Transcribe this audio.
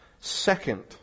Second